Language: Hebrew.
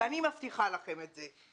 אני מבטיחה לכם את זה.